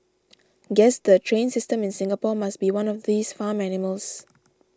guess the train system in Singapore must be one of these farm animals